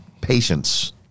patience